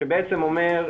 שבעצם אומר,